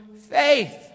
faith